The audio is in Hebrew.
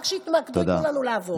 רק שיתמקדו וייתנו לנו לעבור.